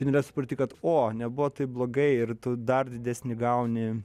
ir supranti kad o nebuvo taip blogai ir tu dar didesnį gauni